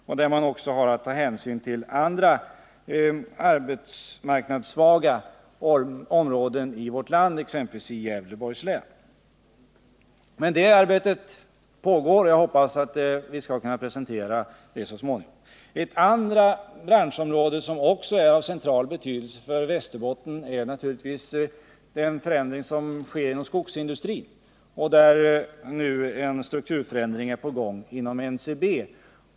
Här har man också att ta hänsyn till andra arbetsmarknadssvaga områden i vårt land, exempelvis i Gävleborgs län. Arbetet med dessa problem pågår, och jag hoppas att kunna presentera resultatet av det arbetet så småningom. En annan sak som också är av central betydelse för Västerbotten är naturligtvis den förändring som sker inom skogsindustrin. En strukturförändring är på gång inom NCB.